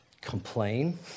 complain